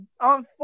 on